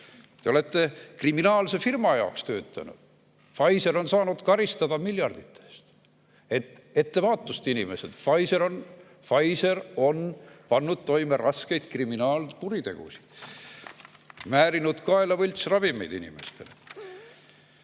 Te olete kriminaalse firma jaoks töötanud. Pfizer on saanud karistada miljardites. Ettevaatust, inimesed, Pfizer on pannud toime raskeid kriminaalkuritegusid, määrinud kaela võltsravimeid inimestele. Ja